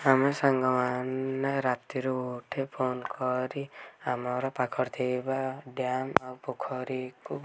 ଆମ ସାଙ୍ଗମାନେ ରାତିରୁ ଉଠି ଫୋନ୍ କରି ଆମର ପାଖରେ ଥିବା ଡ୍ୟାମ୍ ଆଉ ପୋଖରୀକୁ